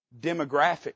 demographic